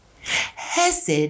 hesed